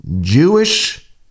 Jewish